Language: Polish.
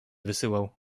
wysyłał